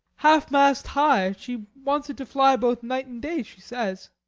half-mast high. she wants it to fly both night and day, she says.